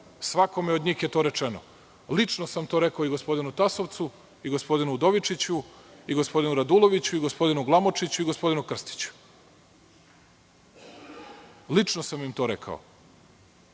svakome od njih je to rečeno. Lično sam to rekao i gospodinu Tasovcu i gospodinu Udovičiću i gospodinu Raduloviću i gospodinu Glamočiću i gospodinu Krstiću. Lično sam im to rekao.